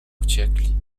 uciekli